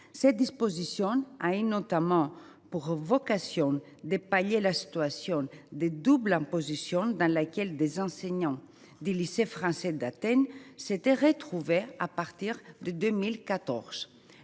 Cette disposition a notamment pour vocation de pallier la situation de double imposition dans laquelle des enseignants du lycée français d’Athènes se sont trouvés à partir de 2014.